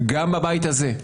גם בבית הזה?